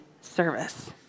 service